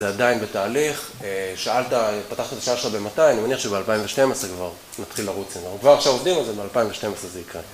זה עדיין בתהליך, שאלת, פתחת את השאלה שלך במתי, אני מניח שב-2012 כבר נתחיל לרוץ, אני אומר, כבר עכשיו עובדים על זה, ב-2012 זה יקרה.